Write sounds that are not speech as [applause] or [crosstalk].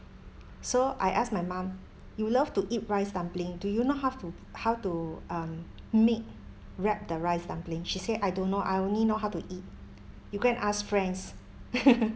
so I asked my mum you love to eat rice dumpling do you know how to how to um make wrap the rice dumpling she said I don't know I only know how to eat you go and ask friends [laughs]